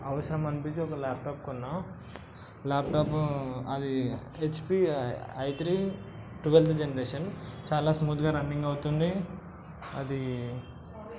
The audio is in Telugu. అవసరం అనిపించి ఒక ల్యాప్టాప్ కొన్న ల్యాప్టాప్ అది హెచ్పి ఐత్రి టువల్త్ జనరేషన్ చాలా స్మూత్గా రన్నింగ్ అవుతుంది అది